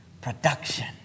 production